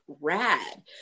rad